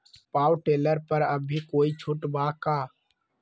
Power tiller पर अभी कोई छुट बा का?